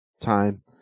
time